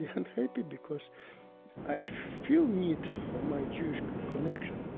yeah unhappy because i feel need for my jewish connection.